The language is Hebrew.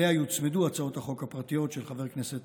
יוצמדו אליה הצעות החוק הפרטיות של חבר הכנסת